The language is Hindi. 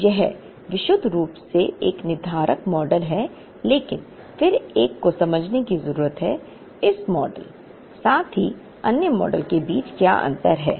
तो यह विशुद्ध रूप से एक निर्धारक मॉडल है लेकिन फिर एक को समझने की जरूरत है इस मॉडल साथ ही अन्य मॉडल के बीच क्या अंतर है